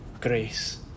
Grace